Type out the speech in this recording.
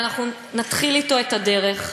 ואנחנו נתחיל אתו את הדרך.